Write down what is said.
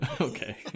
Okay